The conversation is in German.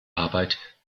arbeit